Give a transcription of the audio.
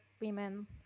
women